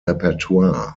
repertoire